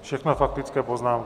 Všechno faktické poznámky.